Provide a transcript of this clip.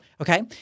okay